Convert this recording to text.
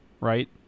right